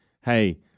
Hey